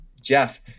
Jeff